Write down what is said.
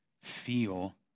feel